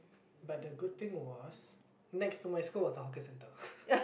but the good thing was next to my school was a hawker center